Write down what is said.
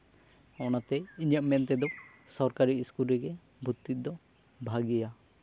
ᱚᱱᱟᱛᱮ ᱤᱧᱟᱹᱜ ᱢᱮᱱ ᱛᱮᱫᱚ ᱥᱚᱨᱠᱟᱨᱤ ᱤᱥᱠᱩᱞ ᱨᱮᱜᱮ ᱵᱷᱚᱨᱛᱤᱜ ᱫᱚ ᱵᱷᱟᱹᱜᱤᱭᱟ